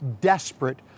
desperate